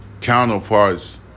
counterparts